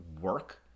work